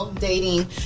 dating